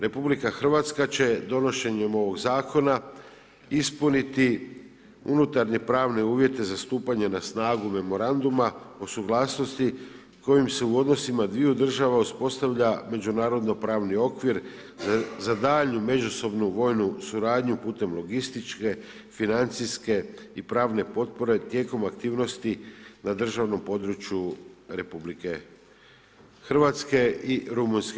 RH će donošenjem ovog zakona ispuniti unutarnje pravne uvjete za stupanje na snagu memoranduma o suglasnosti kojim se u odnosima uspostavlja međunarodno pravni okvir za daljnju međusobnu vojnu suradnju putem logističke, financijske i pravne potpore tijekom aktivnosti na državnom području RH i Rumunjske.